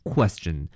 Question